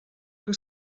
que